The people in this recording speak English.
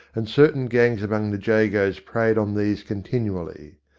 and certain gangs among the jagos preyed on these continually.